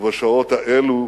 ובשעות האלו